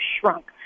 shrunk